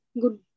good